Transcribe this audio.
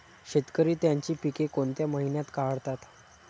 शेतकरी त्यांची पीके कोणत्या महिन्यात काढतात?